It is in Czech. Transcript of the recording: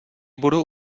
budu